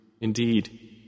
Indeed